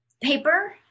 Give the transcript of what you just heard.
paper